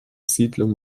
siedlung